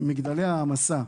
ליד הפיגומים מגדלי העמסה